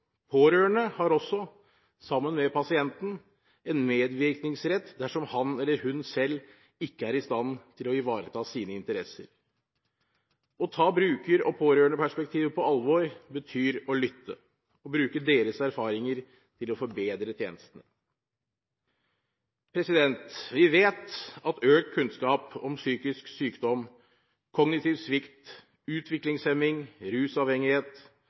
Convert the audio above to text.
Pårørende har også, sammen med pasienten, en medvirkningsrett dersom han eller hun selv ikke er i stand til å ivareta sine interesser. Å ta bruker- og pårørendeperspektivet på alvor betyr å lytte, å bruke deres erfaringer til å forbedre tjenestene. Vi vet at økt kunnskap om psykisk sykdom, kognitiv svikt, utviklingshemning, rusavhengighet